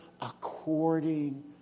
according